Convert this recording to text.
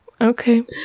Okay